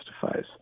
justifies